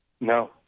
No